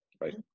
right